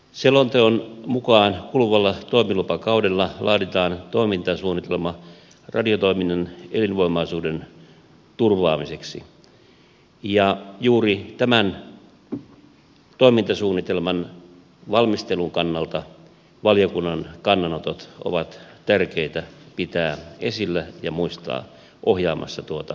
selonteon mukaan kuluvalla toimilupakaudella laaditaan toimintasuunnitelma radiotoiminnan elinvoimaisuuden turvaamiseksi ja juuri tämän toimintasuunnitelman valmistelun kannalta valiokunnan kannanotot ovat tärkeitä pitää esillä ja muistaa ohjaamassa tuota valmistelua